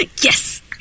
Yes